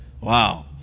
wow